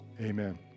Amen